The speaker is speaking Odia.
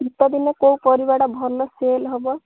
ଶୀତଦିନେ କେଉଁ ପରିବାଟା ଭଲ ସେଲ୍ ହବ